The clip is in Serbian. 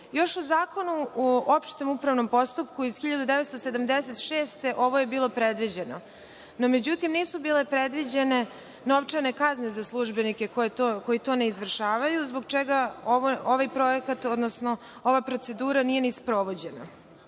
u Zakonu o opštem upravnom postupku iz 1976. godine ovo je bilo predviđeno, međutim, nisu bile predviđene novčane kazne za službenike koji to ne izvršavaju, zbog čega ova procedura nije ni sprovođena.